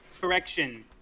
correction